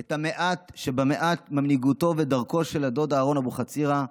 את המעט שבמעט ממנהיגותו ומדרכו של הדוד אהרן אבוחצירא,